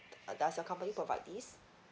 uh does your company provide this